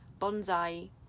bonsai